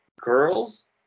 girls